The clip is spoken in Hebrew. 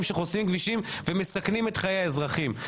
שחוסמים כבישים ומסכנים את חיי האזרחים.